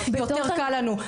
ויותר קל לנו.